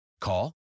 Call